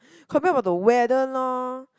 complain about the weather lor